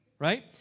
Right